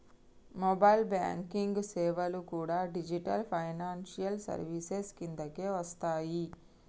mobile banking సేవలు కూడా digital financial services కిందకే వస్తయ్యి